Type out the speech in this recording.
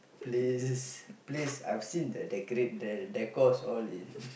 place place I've seen they decorate the decors all in